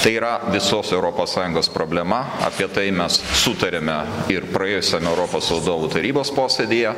tai yra visos europos sąjungos problema apie tai mes sutarėme ir praėjusiam europos vadovų tarybos posėdyje